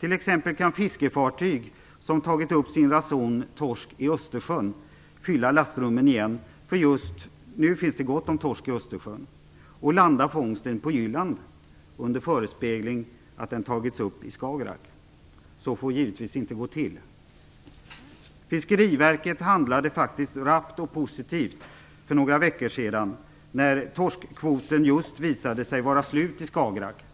T.ex. kan fiskefartyg som tagit upp sin ranson av torsk i Östersjön fylla lastrummen igen - just nu finns det nämligen gott om torsk i Östersjön - och landa fångsten på Jylland under förespegling att den tagits upp i Skagerrak. Så får det givetvis inte gå till. Fiskeriverket handlade faktiskt rappt och positivt för några veckor sedan när just torskkvoten visade sig vara slut i Skagerrak.